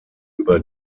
über